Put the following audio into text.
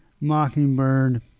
Mockingbird